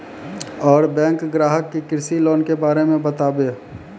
और बैंक ग्राहक के कृषि लोन के बारे मे बातेबे?